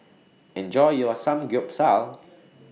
Enjoy your Samgyeopsal